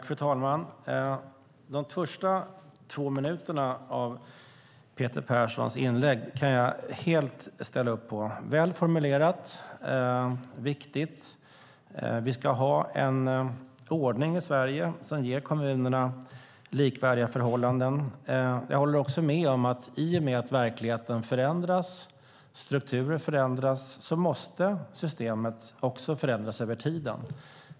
Fru talman! De första två minuterna av Peter Perssons inlägg kan jag helt ställa upp på. Det var väl formulerat och viktigt. Vi ska ha en ordning i Sverige som ger kommunerna likvärdiga förhållanden. Jag håller också med om att i och med att verkligheten förändras och strukturer förändras måste också systemet förändras över tiden.